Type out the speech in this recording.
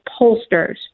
pollsters